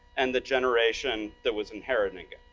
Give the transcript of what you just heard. and the generation that was inheriting it,